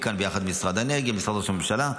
כאן ביחד עם משרד האנרגיה ומשרד ראש הממשלה.